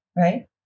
right